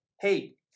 hey